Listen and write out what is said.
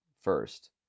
first